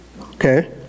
Okay